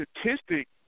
statistic